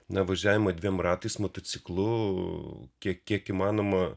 na važiavimo dviem ratais motociklu kiek kiek įmanoma